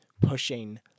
pushing